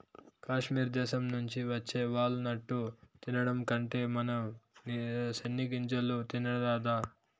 కాశ్మీర్ దేశం నుంచి వచ్చే వాల్ నట్టు తినడం కంటే మన సెనిగ్గింజలు తినరాదా